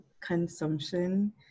consumption